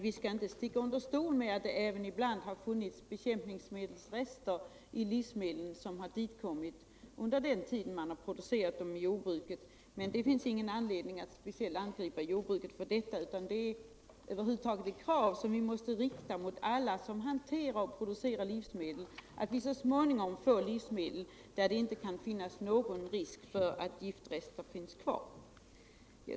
Vi skall inte sticka under stol med att det ibland även funnits rester av bekämpningsmedel i livsmedlen som kommit di under produktionen i jordbruket. Men det finns ingen anledning att speciellt angripa jordbruket för detta. Det är ett krav som vi måste rikta mot alla som hanterar och producerar livsmedel att vi så småningom får livsmedel där det inte finns någon risk att det finns giftrester.